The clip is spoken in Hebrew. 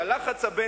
את הלחץ הבין-לאומי,